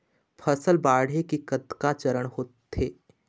फसल बाढ़े के कतका चरण होथे?